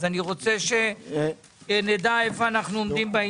אני רוצה שנדע היכן אנחנו עומדים.